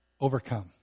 overcome